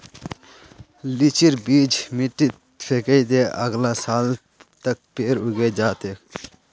लीचीर बीज मिट्टीत फेकइ दे, अगला साल तक पेड़ उगे जा तोक